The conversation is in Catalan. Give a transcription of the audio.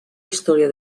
història